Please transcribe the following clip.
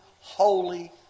holy